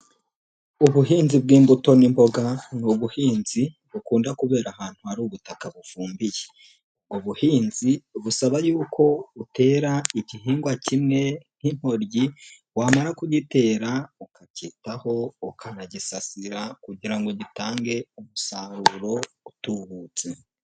Ubuhinzi bw'imbuto n'imboga ni ubuhinzi bukunda kubera ahantu hari ubutaka bufumbiye. Ni ubuhinzi busaba yuko utera igihingwa kimwe nk'intoryi. Wamara kugitera ukakitaho, ukanagisasira kugira ngo gitange umusaruro utubutse.